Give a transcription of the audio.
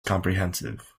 comprehensive